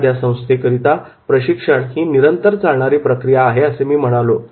एखाद्या संस्थेकरिता प्रशिक्षण ही निरंतर चालणारी प्रक्रिया आहे असे मी म्हणालो